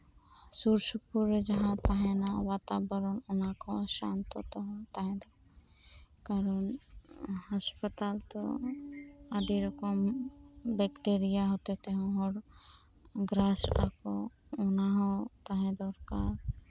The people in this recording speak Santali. ᱥᱩᱨ ᱥᱩᱯᱩᱨ ᱨᱮ ᱡᱟᱦᱟᱸ ᱛᱟᱦᱮᱱᱟ ᱵᱟᱛᱟᱵᱚᱨᱚᱱ ᱚᱱᱟᱠᱚᱦᱚᱸ ᱥᱚᱱᱛᱚᱨ ᱛᱮᱦᱚᱸ ᱛᱟᱦᱮᱱᱟ ᱠᱟᱨᱚᱱ ᱦᱟᱸᱥᱯᱟᱛᱟᱞ ᱛᱚ ᱟᱹᱰᱤ ᱨᱚᱠᱚᱢ ᱵᱮᱠᱴᱮᱨᱤᱭᱟ ᱦᱚᱛᱮ ᱛᱮᱦᱚᱸ ᱦᱚᱲ ᱜᱨᱟᱥᱚᱜᱟᱠᱩ ᱚᱱᱟᱦᱚᱸ ᱛᱟᱦᱮᱸ ᱫᱚᱨᱠᱟᱨ